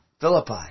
Philippi